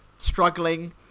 struggling